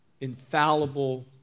infallible